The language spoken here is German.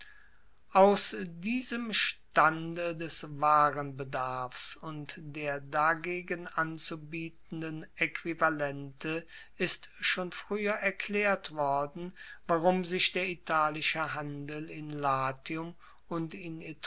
aus diesem stande des warenbedarfs und der dagegen anzubietenden aequivalente ist schon frueher erklaert worden warum sich der italische handel in latium und in